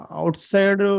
outside